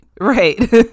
right